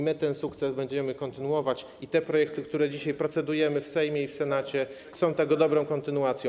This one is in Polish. My ten sukces będziemy kontynuować i te projekty, nad którymi dzisiaj procedujemy w Sejmie i w Senacie, są tego dobrą kontynuacją.